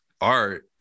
art